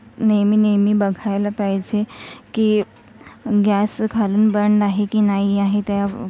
नेहमी नेहमी बघायला पाहिजे की गॅस खालून बंद आहे की नाही आहे त्या